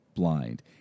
blind